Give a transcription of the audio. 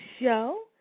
show